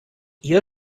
ihr